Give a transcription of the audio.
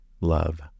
love